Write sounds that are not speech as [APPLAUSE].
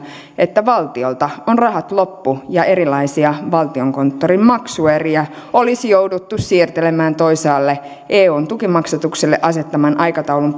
että valtiolta on rahat loppu ja erilaisia valtiokonttorin maksueriä olisi jouduttu siirtelemään toisaalle eun tukimaksatuksille asettaman aikataulun [UNINTELLIGIBLE]